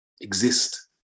exist